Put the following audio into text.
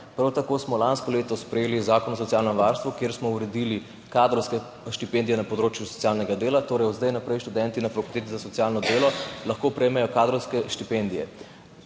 Prav tako smo lansko leto sprejeli Zakon o socialnem varstvu, kjer smo uredili kadrovske štipendije na področju socialnega dela, torej od zdaj naprej študenti na fakulteti za socialno delo lahko prejmejo kadrovske štipendije.